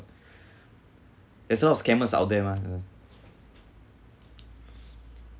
there's a lot of scammers out there mah